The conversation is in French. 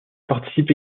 participe